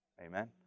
Amen